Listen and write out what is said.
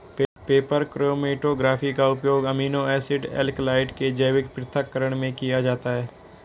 paper chromatography का उपयोग amino acid alkaloid के जैविक पृथक्करण में किया जाता है